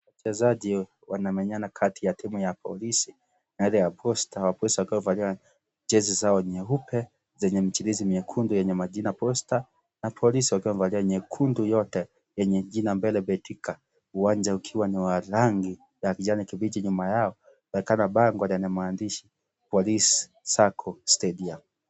Wachezaji wanamenyana kati ya timu ya polisi na ile ya posta wa posta wakiwa wamevalia jezi zao nyeupe zenye michirizi miekundu yenye majina Posta na polisi wakiwa wamevalia nyekundu yote yenye jina mbele Betika uwanja ukiwa ni wa rangi la kijani kibichi nyuma yao kunaonekana bango lenye maadishi Police Sacco Stadium.